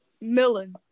Millen